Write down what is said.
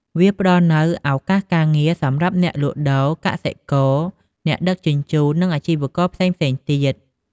វាផ្តល់នូវ ឱកាសការងារ សម្រាប់អ្នកលក់ដូរ កសិករ អ្នកដឹកជញ្ជូន និងអាជីវករផ្សេងៗទៀត។